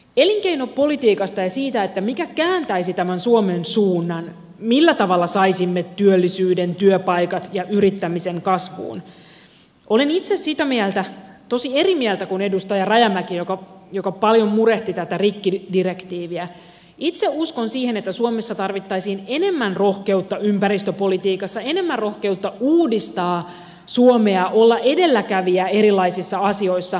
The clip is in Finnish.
elinkeinopolitiikasta ja siitä mikä kääntäisi tämän suomen suunnan millä tavalla saisimme työllisyyden työpaikat ja yrittämisen kasvuun olen itse sitä mieltä tosin eri mieltä kuin edustaja rajamäki joka paljon murehti tätä rikkidirektiiviä itse uskon siihen että suomessa tarvittaisiin enemmän roh keutta ympäristöpolitiikassa enemmän rohkeutta uudistaa suomea olla edelläkävijä erilaisissa asioissa